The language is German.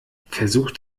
versucht